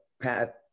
Pat